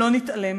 לא נתעלם